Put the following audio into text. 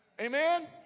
Amen